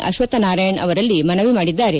ಅಶ್ವಕ್ಕ್ ನಾರಾಯಣ ಅವರಲ್ಲಿ ಮನವಿ ಮಾಡಿದ್ದಾರೆ